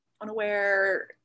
unaware